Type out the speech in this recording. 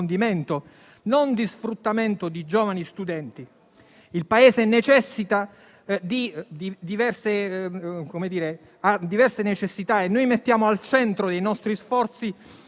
non di sfruttamento di giovani studenti. Il Paese ha diverse necessità e noi mettiamo al centro dei nostri sforzi